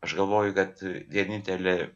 aš galvoju kad vienintelė